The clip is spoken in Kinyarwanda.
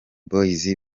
boyz